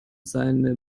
seine